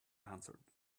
answered